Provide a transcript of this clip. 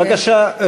בבקשה,